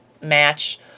match